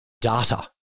data